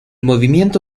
movimiento